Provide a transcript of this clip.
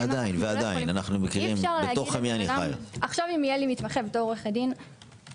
ועדיין בתוך עמי אני חי אם יהיה לי מתמחה בתור עורכת דין,